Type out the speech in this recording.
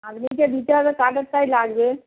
আপনিকে দিতে হবে কাঠেরটাই লাগবে